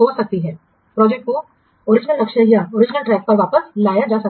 हो सकती है प्रोजेक्ट को ओरिजिनल लक्ष्य या ओरिजिनल ट्रैक पर वापस लाया जा सकता है